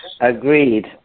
Agreed